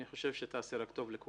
אני חושב שתעשה רק טוב לכולם.